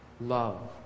Love